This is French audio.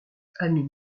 ami